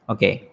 Okay